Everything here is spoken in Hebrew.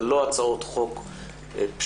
זה לא הצעות חוק פשוטות,